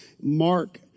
Mark